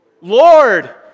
Lord